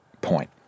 point